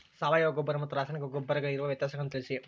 ಸಾವಯವ ಗೊಬ್ಬರ ಮತ್ತು ರಾಸಾಯನಿಕ ಗೊಬ್ಬರಗಳಿಗಿರುವ ವ್ಯತ್ಯಾಸಗಳನ್ನು ತಿಳಿಸಿ?